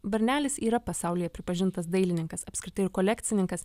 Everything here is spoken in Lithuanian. varnelis yra pasaulyje pripažintas dailininkas apskritai ir kolekcininkas